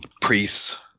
priest's